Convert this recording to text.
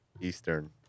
eastern